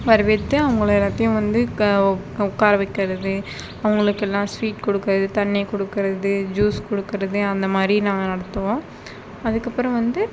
வரவேற்று அவங்க எல்லாத்தையும் வந்து உட்கார வைக்கிறது அவங்களுக்கு எல்லாம் ஸ்வீட் கொடுக்குறது தண்ணி கொடுக்குறது ஜூஸ் கொடுக்குறது அந்தமாதிரி நாங்கள் நடத்துவோம் அதுக்கு அப்புறம் வந்து